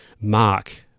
Mark